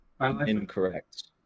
Incorrect